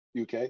UK